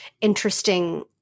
interesting